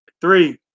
Three